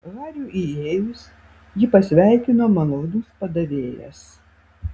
hariui įėjus jį pasveikino malonus padavėjas